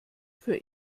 für